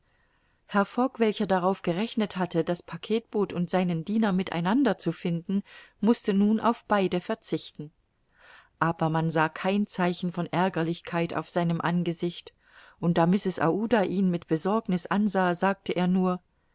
fogg welcher darauf gerechnet hatte das packetboot und seinen diener miteinander zu finden mußte nun auf beide verzichten aber man sah kein zeichen von aergerlichkeit auf seinem angesicht und da mrs aouda ihn mit besorgniß ansah sagte er nur